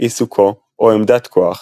עיסוקו או עמדת כוח,